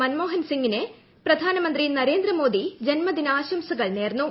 മൻമോഹൻ സിംഗിന് പ്രധാനമന്ത്രി നരേന്ദ്ര മോദി ജന്മദിനാശംസകൾ നേർന്നു